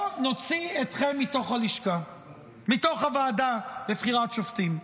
לא נוציא אתכם מתוך הוועדה לבחירת שופטים,